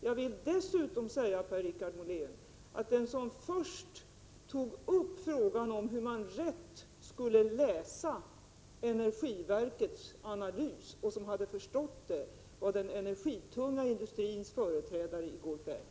Jag vill dessutom säga, Per-Richard Molén, att den som först tog upp frågan om hur man rätt skulle läsa energiverkets analys och som hade förstått den, det var den energitunga industrins företrädare i går kväll.